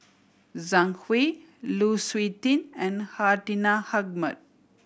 Zhang Hui Lu Suitin and Hartinah Ahmad